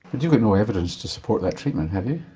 but you've got no evidence to support that treatment have you?